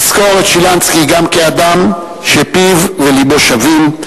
נזכור את שילנסקי גם כאדם שפיו ולבו שווים,